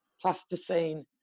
plasticine